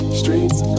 streets